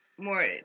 more